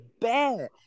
bad